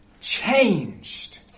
changed